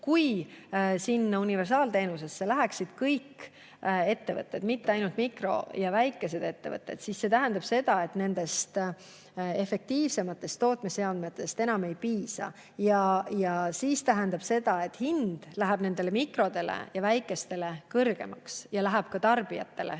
Kui universaalteenuse alla läheksid kõik ettevõtted, mitte ainult mikro‑ ja väikesed ettevõtted, siis see tähendaks seda, et nendest efektiivsematest tootmisseadmetest enam ei piisaks, ja see tähendaks seda, et hind läheks mikro‑ ja väikestel [ettevõtetel] kõrgemaks ja läheks ka tarbijatel